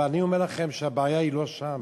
אבל אני אומר לכם שהבעיה היא לא שם.